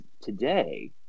today